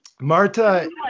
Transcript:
Marta